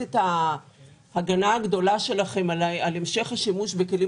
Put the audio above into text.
את ההגנה הגדולה שלכם על המשך השימוש בכלים